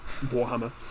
Warhammer